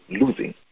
losing